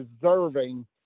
deserving